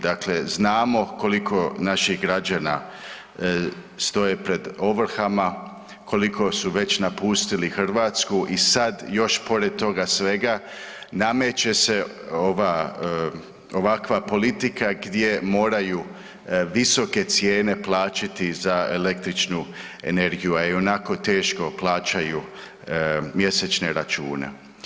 Dakle, znamo koliko naših građana stoje pred ovrhama, koliko su već napustili Hrvatsku i sad još pored toga svega nameće se ova ovakva politika gdje moraju visoke cijene plaćati za električnu energiju, a ionako teško plaćaju mjesečne račune.